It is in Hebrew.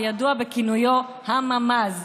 הידוע בכינויו הממ"ז.